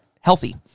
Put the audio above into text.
healthy